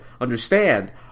understand